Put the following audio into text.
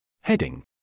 Heading